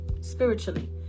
spiritually